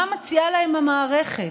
מה מציעה להם המערכת?